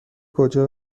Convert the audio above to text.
کجا